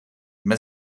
mes